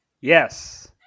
Yes